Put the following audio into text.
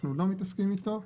אנחנו לא מתעסקים איתו.